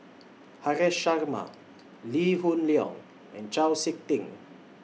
Haresh Sharma Lee Hoon Leong and Chau Sik Ting